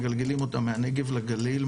מגלגלים אותה מהנגב לגליל,